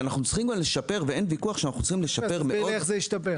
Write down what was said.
אין ויכוח שאנחנו צריכים לשפר מאוד,